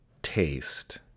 taste